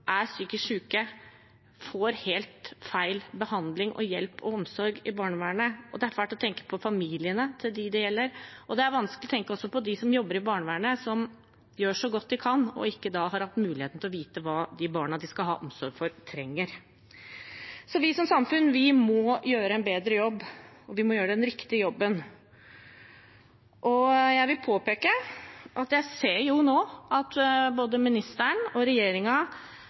er psykisk syke, får helt feil behandling og hjelp og omsorg i barnevernet, det er fælt å tenke på familiene til de det gjelder, og det er vanskelig å tenke også på dem som jobber i barnevernet, som gjør så godt de kan, og ikke har hatt muligheten til å vite hva de barna de skal ha omsorg for, trenger. Vi som samfunn må gjøre en bedre jobb, og vi må gjøre den riktige jobben. Jeg vil påpeke at jeg ser nå at både ministeren og